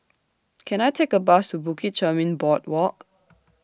Can I Take A Bus to Bukit Chermin Boardwalk